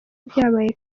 byabaye